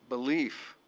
belief,